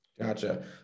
Gotcha